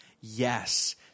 Yes